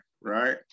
right